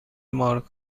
مارک